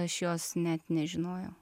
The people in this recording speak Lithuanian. aš jos net nežinojau